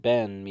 Ben